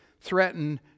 threaten